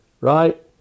Right